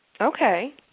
Okay